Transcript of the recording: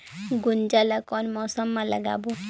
गुनजा ला कोन मौसम मा लगाबो?